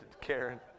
Karen